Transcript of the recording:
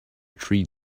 tree